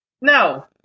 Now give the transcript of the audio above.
No